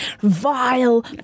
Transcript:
vile